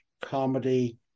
comedy